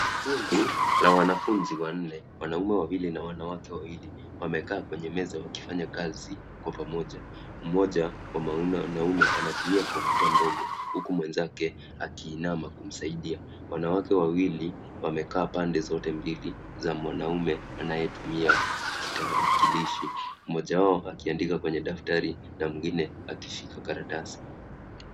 Kundi la wanafunzi wanne wanaume wawili na wanawake wawili wamekaa kwenye meza wakifanya kazi kwa pamoja. Mmoja wa mwanaume anatumia kompyuta ndogo huku mwenzake akiinama kumsaidia wanawake wawili wamekaa pande zote mbili za mwanaume anayetumia tarakilishi, mmoja wao akiandika kwenye daftari na mwingine akishika karatasi.